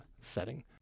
setting